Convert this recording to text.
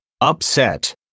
upset